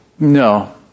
no